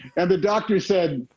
and the doctor said,